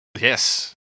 Yes